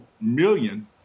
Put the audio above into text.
million